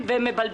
כי אני,